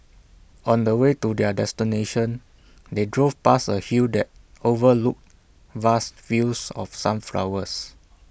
on the way to their destination they drove past A hill that overlooked vast fields of sunflowers